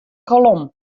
kolom